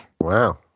Wow